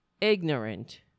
ignorant